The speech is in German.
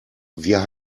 wir